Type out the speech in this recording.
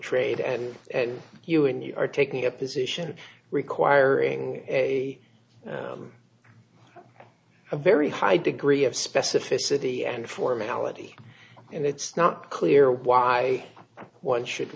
trade and you and you are taking a position requiring a a very high degree of specificity and formality and it's not clear why one should